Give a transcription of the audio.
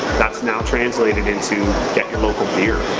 that's now translated in to get your local beer.